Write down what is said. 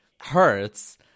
hurts